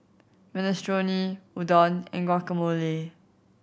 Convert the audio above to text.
Minestrone Udon and Guacamole